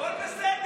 הכול בסדר,